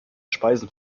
speisen